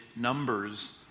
numbers